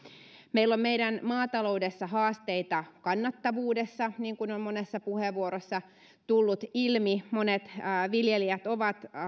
meillä on meidän maataloudessa haasteita kannattavuudessa niin kuin on monessa puheenvuorossa tullut ilmi monet viljelijät ovat